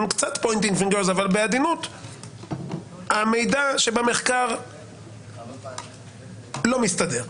אם קצת הצבעת אצבע אבל בעדינות שהמידע שבמחקר לא מסתדר.